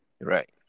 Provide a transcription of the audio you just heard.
Right